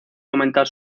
aumentar